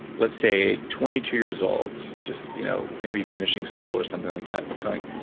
let's say, twenty two years old, just you know maybe finishing school or something like that, going,